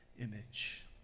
image